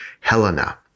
Helena